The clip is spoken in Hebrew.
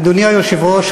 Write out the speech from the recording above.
אדוני היושב-ראש,